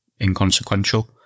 inconsequential